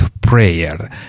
prayer